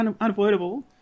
unavoidable